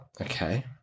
okay